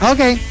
Okay